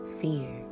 fear